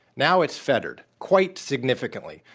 now it's fettered quite significantly,